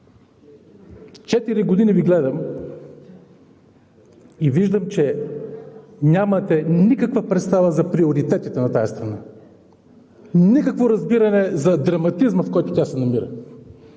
Четири години Ви гледам и виждам, че нямате никаква представа за приоритетите на тази страна; никакво разбиране за драматизма, в който тя се намира;